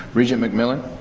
regent mcmillan.